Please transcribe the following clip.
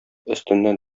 өстеннән